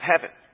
heaven